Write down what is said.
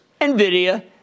Nvidia